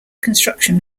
construction